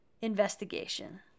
investigation